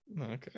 Okay